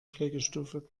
pflegestufe